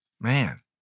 man